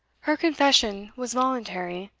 her confession was voluntary,